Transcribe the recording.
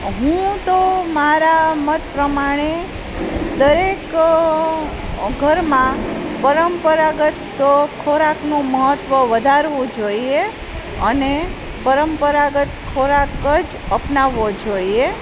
હું તો મારા મત પ્રમાણે દરેક ઘરમાં પરંપરાગત ખોરાકનું મહત્ત્વ વધારવું જોઈએ અને પરંપરાગત ખોરાક જ અપનાવવો જોઈએ